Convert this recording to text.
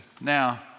now